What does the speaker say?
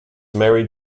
married